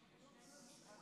הכנסת.